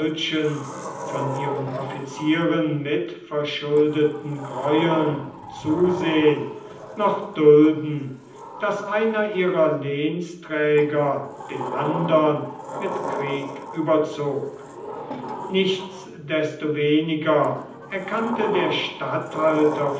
von ihren offizieren mitverschuldeten greueln zusehen noch dulden daß einer ihrer lehnsträger den andern mit krieg überzog nichtsdestoweniger erkannte der statthalter